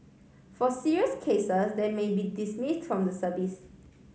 for serious cases they may be dismiss from the service